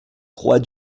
croix